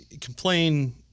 complain